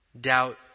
doubt